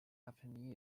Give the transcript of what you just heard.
often